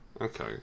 Okay